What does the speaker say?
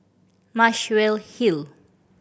Muswell Hill